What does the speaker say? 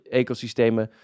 ecosystemen